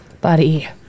Buddy